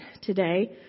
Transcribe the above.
today